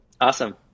Awesome